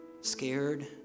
scared